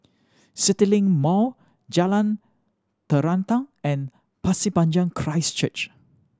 CityLink Mall Jalan Terentang and Pasir Panjang Christ Church